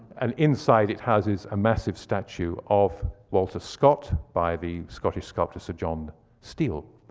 and inside it houses a massive statue of walter scott by the scottish sculptor sir john steele,